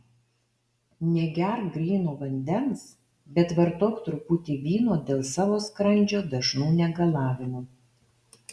negerk gryno vandens bet vartok truputį vyno dėl savo skrandžio dažnų negalavimų